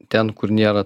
ten kur nėra